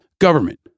government